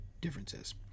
differences